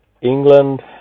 England